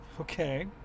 Okay